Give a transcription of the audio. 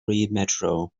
metro